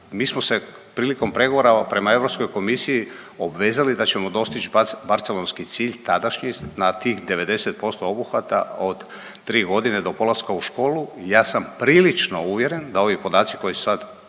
Mi smo se prilikom pregovora prema Europskoj komisiji obvezali da ćemo dostići Barcelonski cilj tadašnji, na tih 90% obuhvata od 3 godine do polaska u školu. Ja sam prilično uvjeren da ovi podaci koje sad